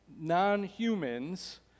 non-humans